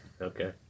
Okay